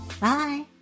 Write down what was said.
Bye